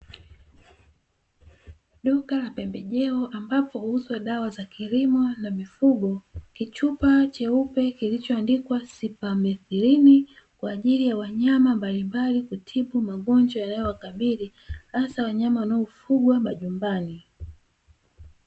Duka la pembejeo ambapo huuzwa dawa za kilimo na mifugo kichupa cheupe kilichoandikwa "sypamethyline" kwa ajili ya wanyama mbalimbali kutibu magonjwa yanaowakabili haswa wanyama wanaofugwa majumbani.